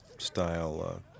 Style